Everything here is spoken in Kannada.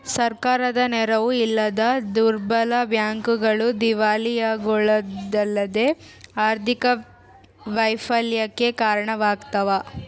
ಸರ್ಕಾರದ ನೆರವು ಇಲ್ಲದ ದುರ್ಬಲ ಬ್ಯಾಂಕ್ಗಳು ದಿವಾಳಿಯಾಗೋದಲ್ಲದೆ ಆರ್ಥಿಕ ವೈಫಲ್ಯಕ್ಕೆ ಕಾರಣವಾಗ್ತವ